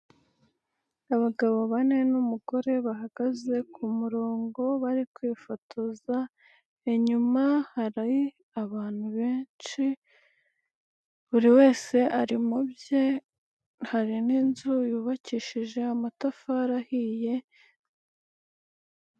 Abagabo bane n'umugore bahagaze ku murongo bari kwifotoza, inyuma hari abantu benshi buri wese ari mu bye hari n'inzu yubakishije amatafari ahiye.